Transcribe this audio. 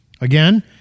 Again